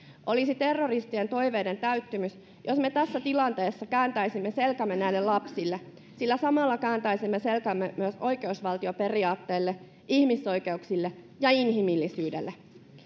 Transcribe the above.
olisi terroristien toiveiden täyttymys jos me tässä tilanteessa kääntäisimme selkämme näille lapsille sillä samalla kääntäisimme selkämme myös oikeusvaltioperiaatteelle ihmisoikeuksille ja inhimillisyydelle